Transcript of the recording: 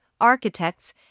architects